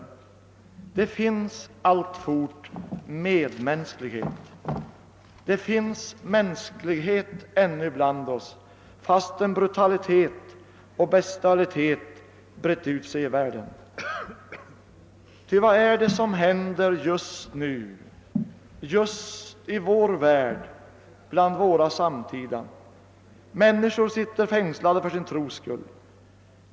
Det finns alltfort medmänsklighet. Det finns mänsklighet ännu bland oss, fastän brutalitet och bestialitet brett ut sig i världen, ty vad är det som händer just nu just i vår värld bland våra samtida? Människor sitter fängslade för sin tros skull.